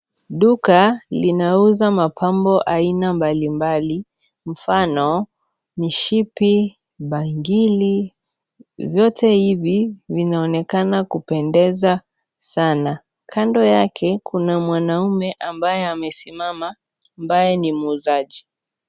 Duka, linauza mapambo ya aina mbalimbali, mfano, mishipi, bangili, vyote hivi vinaonekana kupendeza sana. Kando yake, kuna mwanaume ambaye , amesimama , ambaye ni muuzaji